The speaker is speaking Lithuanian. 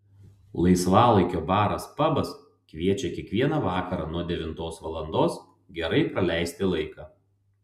laisvalaikio baras pabas kviečia kiekvieną vakarą nuo devintos valandos gerai praleisti laiką